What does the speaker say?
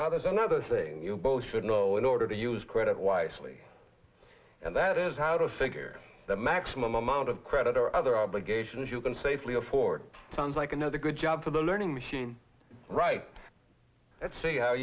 rating there's another thing you both should know in order to use credit wisely and that is how to figure out the maximum amount of credit or other obligations you can safely afford sounds like another good job for the learning machine right let's s